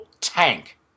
tank